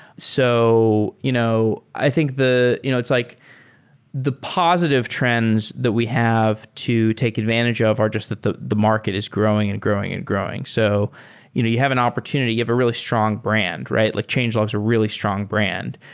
so you know i think you know it's like the positive trends that we have to take advantage of are just that the the market is growing and growing and growing. so you know you have an opportunity, you have a really strong brand. like changelog is a really strong brand.